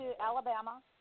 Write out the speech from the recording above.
Alabama